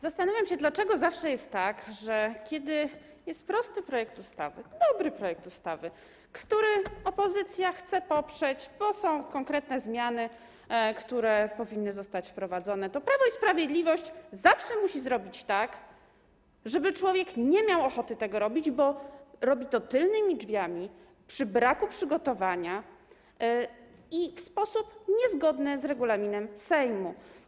Zastanawiam się, dlaczego zawsze jest tak, że kiedy jest prosty projekt ustawy, dobry projekt ustawy, który opozycja chce poprzeć, bo są konkretne zmiany, które powinny zostać wprowadzone, to Prawo i Sprawiedliwość musi zrobić tak, żeby człowiek nie miał ochoty tego robić, bo robi to tylnymi drzwiami, przy braku przygotowania i w sposób niezgodny z regulaminem Sejmu.